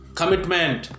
commitment